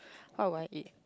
what would I eat